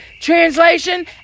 Translation